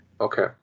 Okay